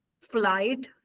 flight